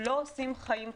לא עושים לנו חיים קלים.